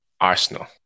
Arsenal